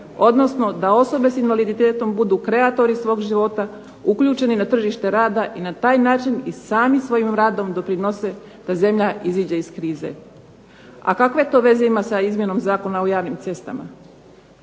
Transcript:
odnosno da osobe sa invaliditetom budu kreatori svog života uključeni na tržište rada i na taj način i sami svojim radom doprinose da zemlja iziđe iz krize. A kakve to veze ima sa izmjenom Zakona o javnim cestama?